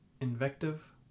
invective